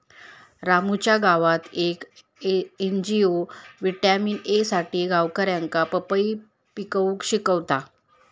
रामूच्या गावात येक एन.जी.ओ व्हिटॅमिन ए साठी गावकऱ्यांका पपई पिकवूक शिकवता